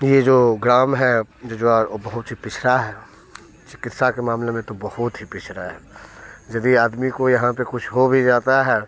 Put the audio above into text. ये जो ग्राम है ये जो बहुत ही पिछड़ा है चिकित्सा के मामले में तो बहुत ही पिछड़ा है यदि आदमी को यहाँ पे कुछ हो भी जाता है